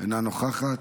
אינה נוכחת.